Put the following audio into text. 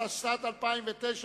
התשס"ט 2009,